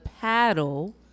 paddle